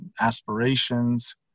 aspirations